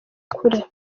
kure